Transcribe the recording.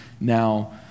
now